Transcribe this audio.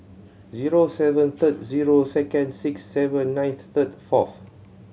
zero seven three zero two six seven nine three four